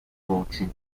voci